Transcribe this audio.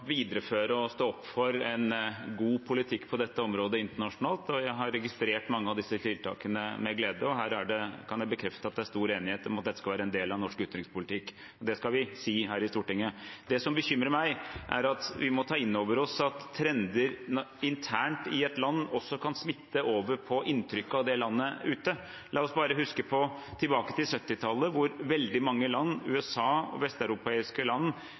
videreføre og stå opp for en god politikk på dette området internasjonalt, og jeg har med glede registrert mange av disse tiltakene. Her kan jeg bekrefte at det er stor enighet om at dette skal være en del av norsk utenrikspolitikk – det skal vi si her i Stortinget. Det som bekymrer meg, er at vi må ta inn over oss at trender internt i et land også kan smitte over på inntrykket av det landet ute. La oss bare huske tilbake til 1970-tallet, hvor veldig mange land – USA og vesteuropeiske land